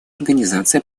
организации